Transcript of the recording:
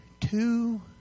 two